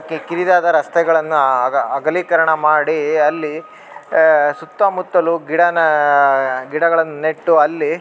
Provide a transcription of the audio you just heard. ಕಿರಿದಾದ ರಸ್ತೆಗಳನ್ನು ಅಗ ಅಗಲೀಕರಣ ಮಾಡಿ ಅಲ್ಲಿ ಸುತ್ತಮುತ್ತಲೂ ಗಿಡನ ಗಿಡಗಳನ್ನ ನೆಟ್ಟು ಅಲ್ಲಿ